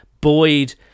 Boyd